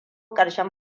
ƙarshen